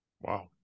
Wow